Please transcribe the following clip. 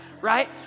Right